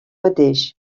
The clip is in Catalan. mateix